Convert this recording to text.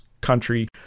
country